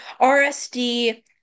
RSD